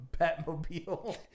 Batmobile